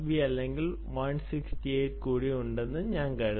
അല്ലെങ്കിൽ 168 കൂടി ഉണ്ടെന്ന് ഞാൻ കരുതുന്നു